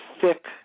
thick